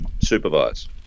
supervise